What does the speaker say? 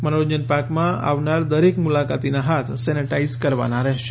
મનોરંજન પાર્કમાં અવનાર દરેક મુલાકાતીનાં હાથ સેનેટાઈઝ કરવાનાં રહેશે